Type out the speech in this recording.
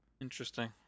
Interesting